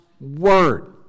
Word